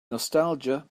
nostalgia